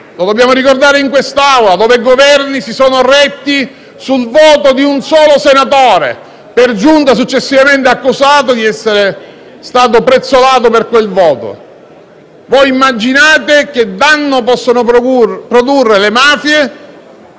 Lo dobbiamo ricordare in quest'Aula, dove Governi si sono retti con il voto di un solo senatore, per giunta successivamente accusato di essere stato prezzolato per quel voto. Voi immaginate che danno possono produrre le mafie